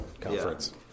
conference